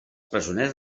presoners